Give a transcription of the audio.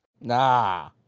nah